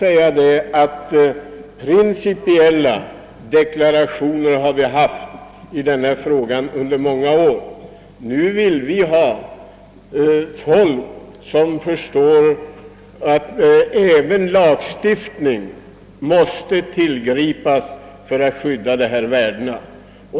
Vi har haft principiella deklarationer i denna fråga under många år. Nu vill vi ha folk som förstår att även lagstiftning måste tillgripas för att skydda dessa värden.